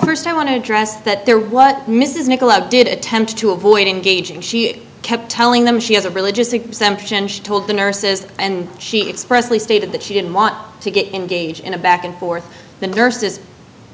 first i want to address that there what mrs nikolaus did attempt to avoid engaging she kept telling them she has a religious exemption she told the nurses and she expressed stated that she didn't want to get engaged in a back and forth the nurses